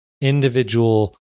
individual